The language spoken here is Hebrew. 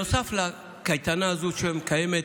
נוסף לקייטנה הזאת שמקיימת,